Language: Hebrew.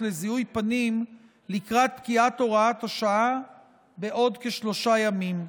לזיהוי פנים לקראת פקיעת הוראת השעה בעוד כשלושה ימים.